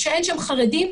כשאין שם חרדים,